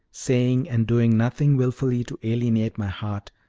saying and doing nothing willfully to alienate my heart,